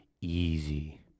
Easy